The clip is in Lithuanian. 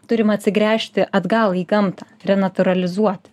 turim atsigręžti atgal į gamtą renatūralizuoti